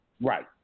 Right